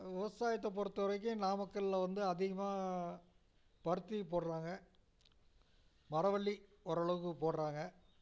விவசாயத்தை பொறுத்தவரைக்கும் நாமக்கலில் வந்து அதிகமாக பருத்தி போடுறாங்க மரவள்ளி ஓரளவுக்கு போடுறாங்க